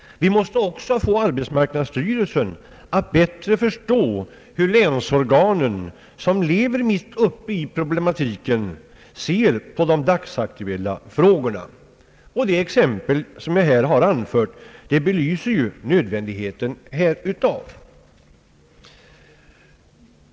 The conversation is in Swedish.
Vi måste också få arbetsmarknadsstyrelsen att bättre förstå hur länsorganen, som lever mitt uppe i problematiken, ser på de dagsaktuella frågorna. Det exempel jag här har anfört belyser ju nödvändigheten härav.